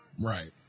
Right